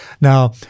Now